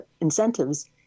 incentives